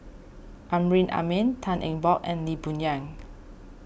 Amrin Amin Tan Eng Bock and Lee Boon Yang